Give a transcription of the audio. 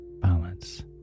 balance